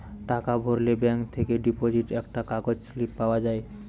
টাকা ভরলে ব্যাঙ্ক থেকে ডিপোজিট একটা কাগজ স্লিপ পাওয়া যায়